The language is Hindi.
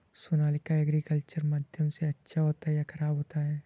सोनालिका एग्रीकल्चर माध्यम से अच्छा होता है या ख़राब होता है?